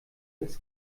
als